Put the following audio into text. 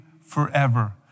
forever